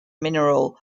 mineral